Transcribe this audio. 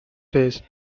face